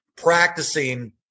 practicing